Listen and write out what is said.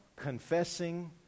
confessing